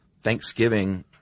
Thanksgiving